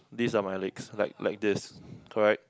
these are my legs like like this correct